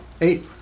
Eight